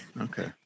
okay